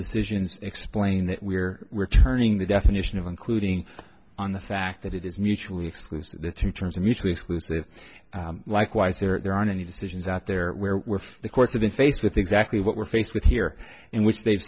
decisions explain that we're returning the definition of including on the fact that it is mutually exclusive to terms of mutually exclusive likewise there aren't any decisions out there where the course of in face with exactly what we're faced with here and which they've